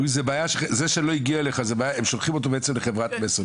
שלא הגיע אליך, הם שולחים אותו בעצם לחברת מסר.